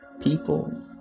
people